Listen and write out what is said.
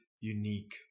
unique